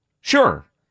sure